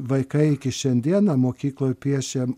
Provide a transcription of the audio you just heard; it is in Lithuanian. vaikai iki šiandiena mokykloj piešia